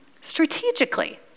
strategically